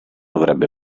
avrebbe